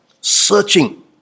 searching